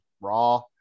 raw